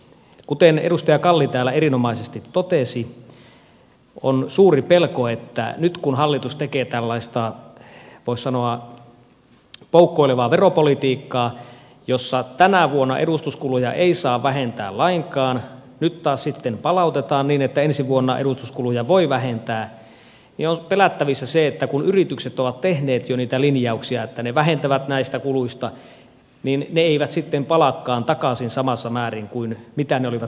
kuten edustaja kalli täällä erinomaisesti totesi on suuri pelko että nyt kun hallitus tekee tällaista voisi sanoa poukkoilevaa veropolitiikkaa jossa tänä vuonna edustuskuluja ei saa vähentää lainkaan nyt taas sitten palautetaan niin että ensi vuonna edustuskuluja voi vähentää on pelättävissä se että kun yritykset ovat tehneet jo niitä linjauksia että ne vähentävät näistä kuluista niin ne eivät sitten palaakaan takaisin samassa määrin kuin mitä ne olivat ennen tätä